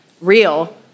real